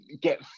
get